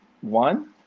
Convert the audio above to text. one